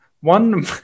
one